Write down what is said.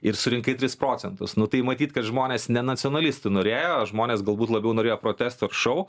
ir surinkai tris procentus nu tai matyt kad žmonės ne nacionalistų norėjo žmonės galbūt labiau norėjo protesto šou